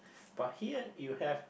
but here you have